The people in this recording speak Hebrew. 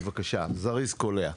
בבקשה, זריז וקולע.